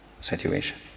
situation